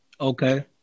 Okay